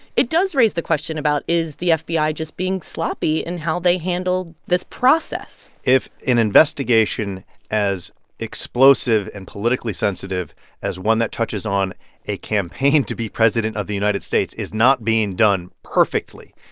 it does raise the question about, is the fbi just being sloppy in how they handle this process? if an investigation as explosive and politically sensitive as one that touches on a campaign to be president of the united states is not being done perfectly,